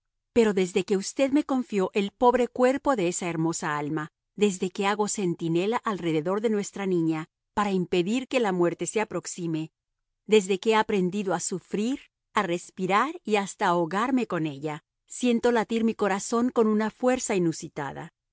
pero desde que usted me confió el pobre cuerpo de esa hermosa alma desde que hago centinela alrededor de nuestra niña para impedir que la muerte se aproxime desde que he aprendido a sufrir a respirar y hasta a ahogarme con ella siento latir mi corazón con una fuerza inusitada